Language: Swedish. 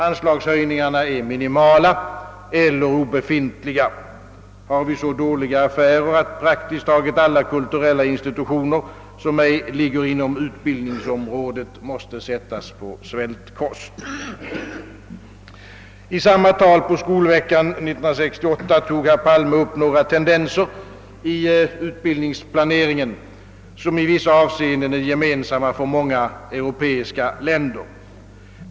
Anslagshöjningarna är minimala eller obefintliga. Har vi så dåliga affärer, att praktiskt taget alla kulturella institutioner, som ej ligger inom utbildningsområdet, måste sättas på svältkost? I samma tal på Skolveckan 1968 tog herr Palme upp några tendenser i utbildningsplaneringen, som. i vissa avseenden är gemensamma för många europeiska länder.